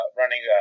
running